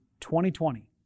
2020